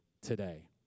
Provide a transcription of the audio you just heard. today